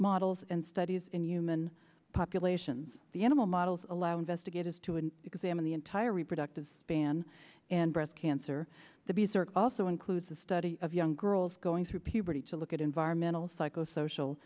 models and studies in human populations the animal models allow investigators to and examine the entire reproductive ban and breast cancer the bees are also includes a study of young girls going through puberty to look at environmental psychosocial